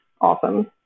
awesome